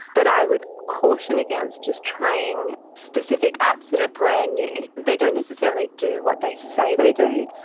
but i would caution against just trying specific apps that are brand-new. they don't necessarily do what they say they do,